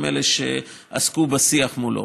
הם אלה שעסקו בשיח מולו.